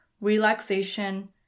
relaxation